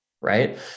right